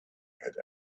had